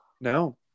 No